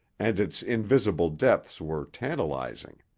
and its invisible depths were tantalizing.